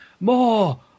more